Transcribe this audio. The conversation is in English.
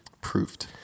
Proved